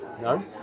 No